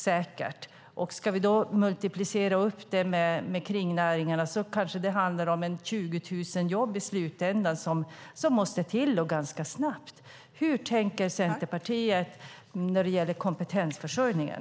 Om vi ska multiplicera detta med kringnäringarna handlar det kanske om 20 000 jobb som måste till i slutändan, och det ganska snabbt. Hur tänker Centerpartiet när det gäller kompetensförsörjningen?